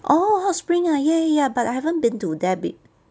orh hot spring ah ya ya ya but I haven't been to there before